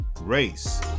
race